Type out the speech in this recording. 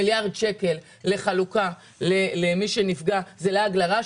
מיליארד שקלים לחלוקה למי שנפגע זה לעג לרש.